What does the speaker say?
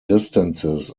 distances